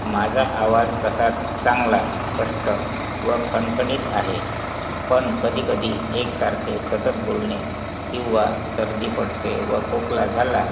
माझा आवाज तसा चांगला स्पष्ट व खणखणीत आहे पण कधीकधी एकसारखे सतत बोलणे किंवा सर्दी पडसे व खोकला झाला